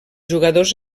jugadors